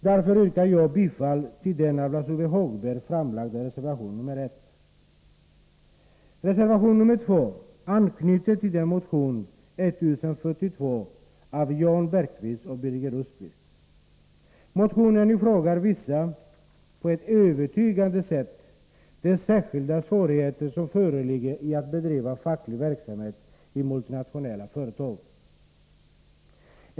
Jag yrkar därför bifall till den av Lars-Ove Hagberg framlagda reservationen 1. Reservation 2 anknyter till motion 1072 av Jan Bergqvist och Birger Rosqvist. Motionen i fråga visar på ett övertygande sätt de särskilda svårigheter som föreligger när det gäller att bedriva facklig verksamhet i multinationella företag.